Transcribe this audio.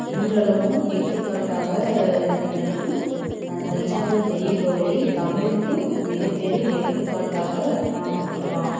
இன்றளவும் எடுத்துக்காட்டாக நிகழ்வும் தஞ்சாவூர் பெரிய கோவிலை தமிழுக்கு மிகப்பெரிய எடுத்துக்காட்டாக நாம் கொண்டலாம்